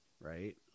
Right